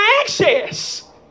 access